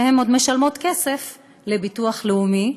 שהן עוד משלמות לביטוח לאומי,